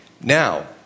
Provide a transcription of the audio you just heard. Now